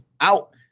out